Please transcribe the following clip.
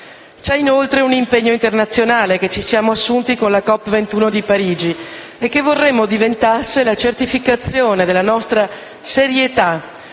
inoltre, l'impegno internazionale che ci siamo assunti con la COP 21 di Parigi, che vorremmo diventasse la certificazione della nostra serietà,